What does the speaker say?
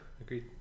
agreed